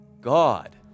God